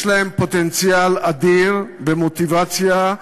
יש להם פוטנציאל אדיר ומוטיבציה,